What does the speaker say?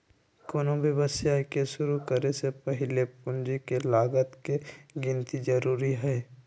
कोनो व्यवसाय के शुरु करे से पहीले पूंजी के लागत के गिन्ती जरूरी हइ